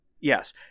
yes